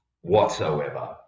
whatsoever